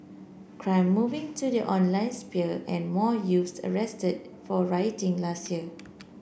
crime moving to the online sphere and more youths arrested for rioting last year